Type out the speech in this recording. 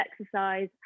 exercise